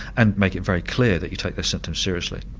and make it very clear that you take their symptoms seriously.